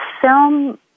film